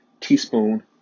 teaspoon